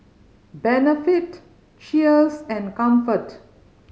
Benefit Cheers and Comfort